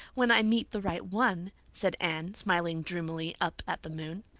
when i meet the right one, said anne, smiling dreamily up at the moonlight.